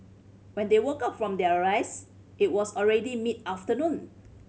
when they woke up from their rest it was already mid afternoon